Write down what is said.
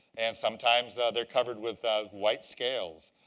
and sometimes ah they're covered with white scales,